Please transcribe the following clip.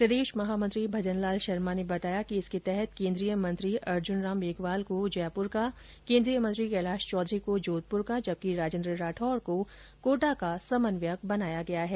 प्रदेश महामंत्री भजनलाल शर्मा ने बताया कि इसके तहत केन्द्रीय मंत्री अर्जुनराम मेघवाल को जयपुर का केन्द्रीय मंत्री कैलाश चौधरी को जोधपुर का जबकि राजेन्द्र राठौड़ को कोटा का समन्वयक बनाया गया है